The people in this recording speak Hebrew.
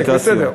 בסדר.